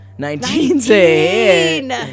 Nineteen